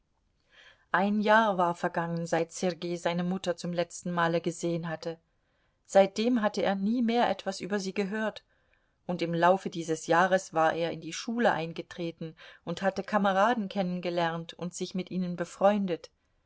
ein jahr war vergangen seit sergei seine mutter zum letzten male gesehen hatte seitdem hatte er nie mehr etwas über sie gehört und im laufe dieses jahres war er in die schule eingetreten und hatte kameraden kennengelernt und sich mit ihnen befreundet